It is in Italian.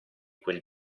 quel